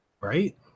Right